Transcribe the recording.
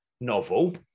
novel